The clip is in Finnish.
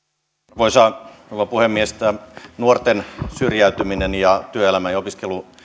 arvoisa rouva puhemies tämä nuorten syrjäytyminen ja työelämän ja opiskelun